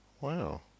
Wow